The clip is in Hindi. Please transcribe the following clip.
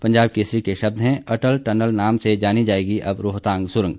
पंजाब केसरी के शब्द हैं अटल टनल नाम से जानी जाएगी अब रोहतांग सुरंग